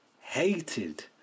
hated